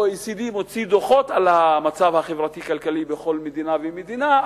ה-OECD מוציא דוחות על המצב החברתי-הכלכלי בכל מדינה ומדינה,